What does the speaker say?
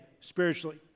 spiritually